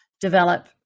develop